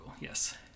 yes